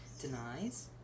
denies